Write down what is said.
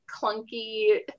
clunky